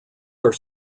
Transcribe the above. are